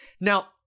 Now